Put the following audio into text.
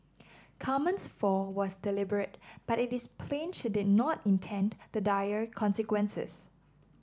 Carmen's fall was deliberate but it is plain she did not intend the dire consequences